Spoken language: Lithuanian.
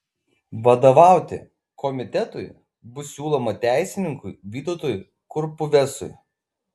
vadovauti komitetui bus siūloma teisininkui vytautui kurpuvesui